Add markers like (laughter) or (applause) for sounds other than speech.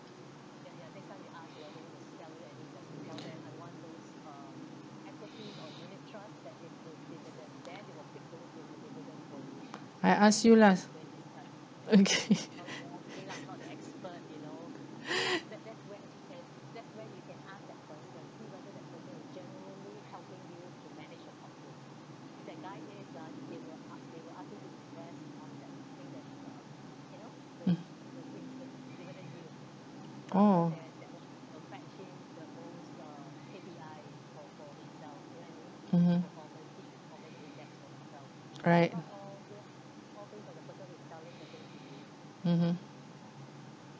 I ask you lah (laughs) mm orh mmhmm right mmhmm